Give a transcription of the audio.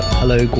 hello